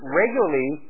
regularly